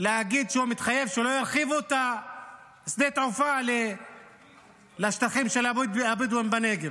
להגיד שהוא מתחייב שלא ירחיבו את שדה התעופה לשטחים של הבדואים בנגב.